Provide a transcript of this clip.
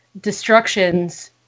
destructions